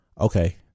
okay